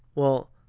well,